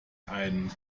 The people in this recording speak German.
einen